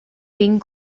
vegn